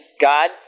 God